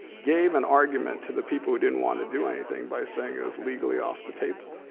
gave an argument to the people who didn't wanna do anything by saying that's legally off the table.